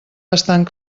bastant